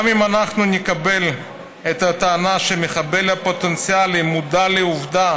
גם אם אנחנו נקבל את הטענה שהמחבל הפוטנציאלי מודע לעובדה